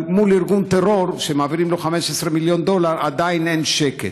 אבל מול ארגון טרור שמעבירים לו 15 מיליון דולר עדיין אין שקט,